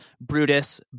Brutus